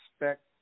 expect